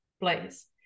place